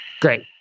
Great